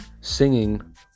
singing